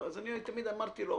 ואני תמיד אמרתי לו,